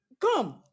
come